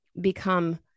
become